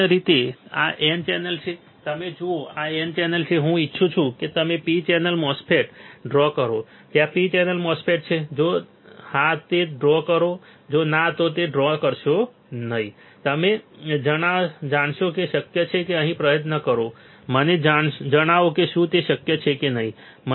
સમાન રીતે આ N ચેનલ છે તમે જુઓ આ N ચેનલ છે હું ઈચ્છું છું કે તમે P ચેનલ MOSFET ડ્રો કરો ત્યાં P ચેનલ MOSFET છે જો હા તે ડ્રો કરો જો ના હોય તો ડ્રો કરશો નહીં તે મને જણાવો કે તે શક્ય છે કે નહીં પ્રયત્ન કરો અને મને જણાવો કે શું તે શક્ય છે કે નહીં